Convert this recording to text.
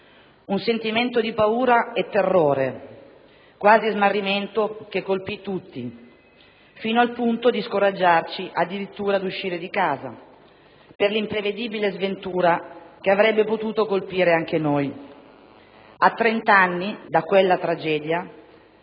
Un sentimento di paura e terrore, quasi smarrimento, ci colpì tutti, fino al punto di scoraggiarci addirittura ad uscire di casa, per l'imprevedibile sventura che avrebbe potuto colpire anche noi. A trent'anni da quella tragedia,